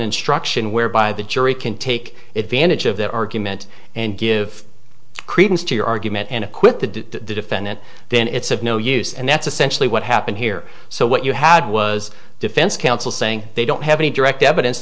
instruction whereby the jury can take advantage of their argument and give credence to your argument and acquit the defendant then it's of no use and that's essentially what happened here so what you had was defense counsel saying they don't have any direct evidence